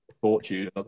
fortune